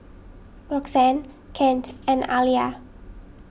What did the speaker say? Roxanne Kent and Aliya